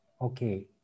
Okay